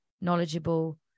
knowledgeable